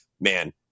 man